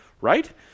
right